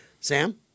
Sam